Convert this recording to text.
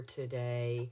today